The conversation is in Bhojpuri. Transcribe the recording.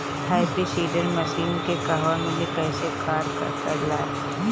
हैप्पी सीडर मसीन के कहवा मिली कैसे कार कर ला?